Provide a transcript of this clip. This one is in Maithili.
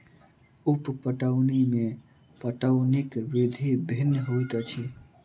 उप पटौनी मे पटौनीक विधि भिन्न होइत अछि